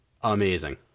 amazing